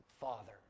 Father